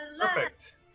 Perfect